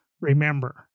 remember